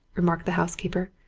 remarked the housekeeper,